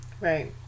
Right